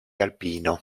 alpino